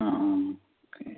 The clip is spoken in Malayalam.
uh um okay